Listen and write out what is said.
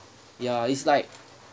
ya it's like